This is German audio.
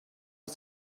ist